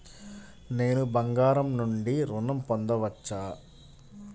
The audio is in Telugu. నేను బంగారం నుండి ఋణం పొందవచ్చా?